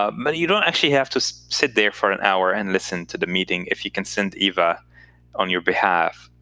um but you don't actually have to sit there for an hour and listen to the meeting if you can send eva on your behalf,